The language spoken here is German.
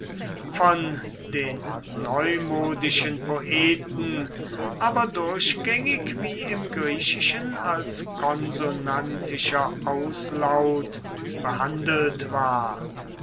von den neumodischen poeten aber durchgängig wie im griechischen als konsonantischer auslaut behandelt ward